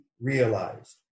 realized